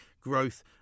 Growth